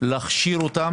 להכשירם,